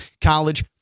college